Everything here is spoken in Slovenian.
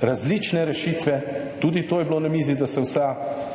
različne rešitve, tudi to je bilo na mizi, da se vsa